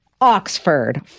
Oxford